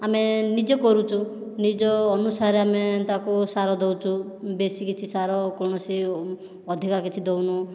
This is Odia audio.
ଆମେ ନିଜେ କରୁଛୁ ନିଜ ଅନୁସାରେ ଆମେ ତାକୁ ସାର ଦେଉଛୁ ବେଶୀ କିଛି ସାର କୌଣସି ଅଧିକା କିଛି ଦେଉନୁ